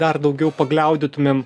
dar daugiau gliaudytumėm